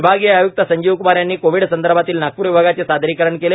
विभागीय आय्क्त संजीवक्मार यांनी कोविड संदर्भातील नागपूर विभागाचे सादरीकरण केले